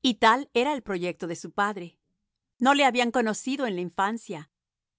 y tal era el proyecto de su padre no le habían conocido en la infancia